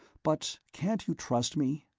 but can't you trust me?